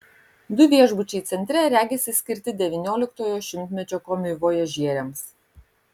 du viešbučiai centre regisi skirti devynioliktojo šimtmečio komivojažieriams